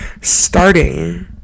starting